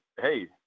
hey